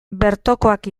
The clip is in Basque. bertokoak